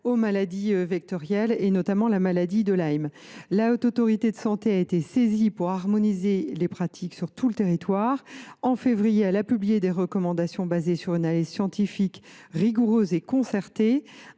aux maladies vectorielles, notamment à la maladie de Lyme. La Haute Autorité de santé a été saisie pour harmoniser les pratiques sur l’ensemble du territoire. En février dernier, elle a publié des recommandations fondées sur une analyse scientifique et rigoureuse, issue